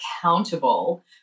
accountable